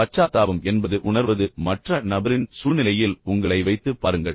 பச்சாத்தாபம் என்பது என்பது உண்மையில் உணர்வது மற்ற நபரின் சூழ்நிலையில் உங்களை வைத்துப் பாருங்கள்